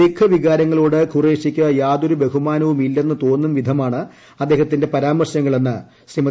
സിഖ് വികാരങ്ങളോട് ഖുറേഷിക്ക് യാതൊരു ബഹുമാനവും ഇല്ലെന്ന് തോന്നും വിധമാണ് അദ്ദേഹത്തിന്റെ പരാമർശങ്ങളെന്ന് ശ്രീമതി